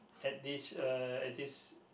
at this uh at this